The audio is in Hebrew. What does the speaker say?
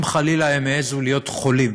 אם חלילה הם העזו להיות חולים